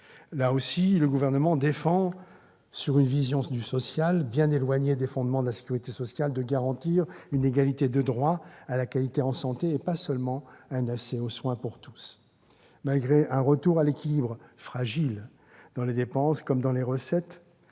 Là aussi, le Gouvernement défend, avec une vision du social bien éloignée des fondements de la sécurité sociale, de garantir une égalité des droits à la qualité en santé et pas seulement un accès aux soins pour tous. Malgré un retour à l'équilibre fragile dans les dépenses comme dans les recettes,